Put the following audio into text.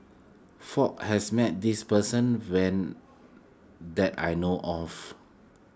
Fook has met this person that I know of